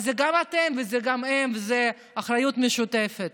אז זה גם אתם וגם הם, זו אחריות משותפת.